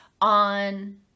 on